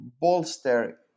bolster